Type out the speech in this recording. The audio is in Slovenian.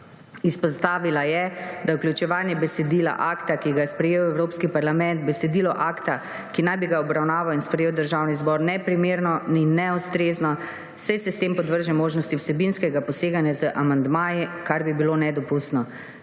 Izpostavila je, da je vključevanje besedila akta, ki ga je sprejel Evropski parlament, v besedilo akta, ki naj bi ga obravnaval in sprejel Državni zbor, neprimerno in neustrezno, saj se s tem podvrže možnosti vsebinskega poseganja z amandmaji, kar bi bilo nedopustno.